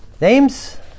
Names